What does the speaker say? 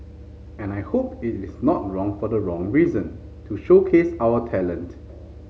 and I hope it is not wrong for the wrong reason to showcase our talent